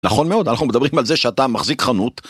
נכון מאוד אנחנו מדברים על זה שאתה מחזיק חנות.